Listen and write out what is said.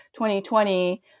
2020